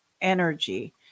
energy